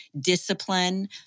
Discipline